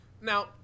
Now